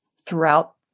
throughout